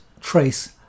trace